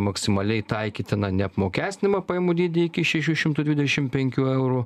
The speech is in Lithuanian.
maksimaliai taikytiną neapmokestinamą pajamų dydį iki šešių šimtų dvidešim penkių eurų